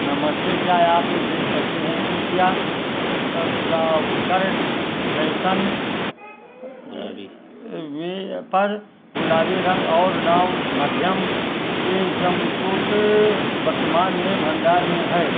नमस्ते क्या आप देख सकते हैं कि क्या करेंट फैशन पर गुलाबी रंग और नाप मध्यम में जंपसूट वर्तमान में भंडार में हैं